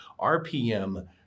RPM